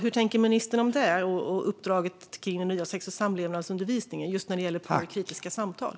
Hur tänker ministern om det och uppdraget med den nya sex och samlevnadsundervisningen just när det gäller porrkritiska samtal?